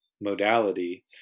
modality